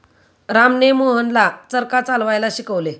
रामने मोहनला चरखा चालवायला शिकवले